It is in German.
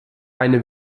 eine